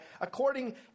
according